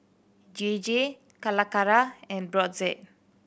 J J Calacara and Brotzeit